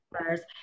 first